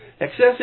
Excessive